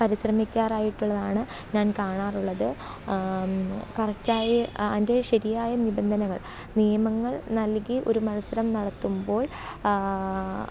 പരിശ്രമിക്കാറായിള്ളതാണ് ഞാന് കാണാറുള്ളത് കറക്റ്റായി ശരിയായ നിബന്ധനകള് നിയമങ്ങള് നല്കി ഒരു മത്സരം നടത്തുമ്പോള്